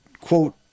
quote